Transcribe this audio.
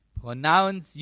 pronounce